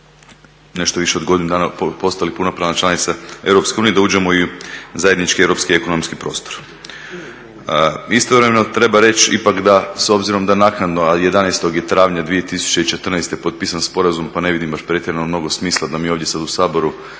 nešto više od godinu dana postali punopravna članica Europske unije da uđemo i u zajednički europski ekonomski prostor. Istovremeno treba reći ipak da s obzirom da naknadno a 11. je travnja 2014. potpisan sporazum pa ne vidim baš pretjerano mnogo smisla da mi ovdje sada u Saboru